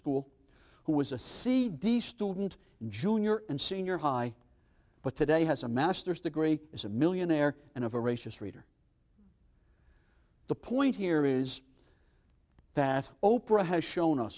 school who was a c d student junior and senior high but today he has a masters degree is a millionaire and of a racist reader the point here is that oprah has shown us